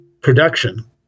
production